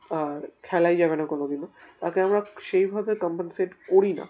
আর খেলাই যাবে না কোনোদিনও তাকে আমরা সেইভাবে কম্পেনসেট করি না